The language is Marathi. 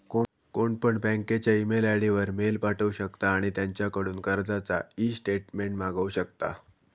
कोणपण बँकेच्या ईमेल आय.डी वर मेल पाठवु शकता आणि त्यांच्याकडून कर्जाचा ईस्टेटमेंट मागवु शकता